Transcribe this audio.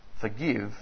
Forgive